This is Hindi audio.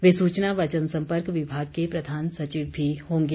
वे सूचना व जनसम्पर्क विभाग के प्रधान सचिव भी होंगे